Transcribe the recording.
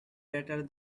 better